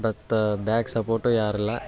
ಬತ್ತ back support ಯಾರಿಲ್ಲ